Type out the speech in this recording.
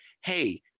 hey